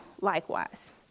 likewise